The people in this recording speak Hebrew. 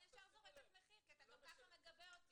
אני ישר זורקת מחיר כי אתה גם ככה מגבה אותי.